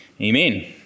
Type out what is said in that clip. Amen